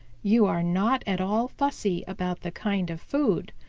you are not at all fussy about the kind of food.